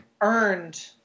earned